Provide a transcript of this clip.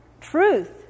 truth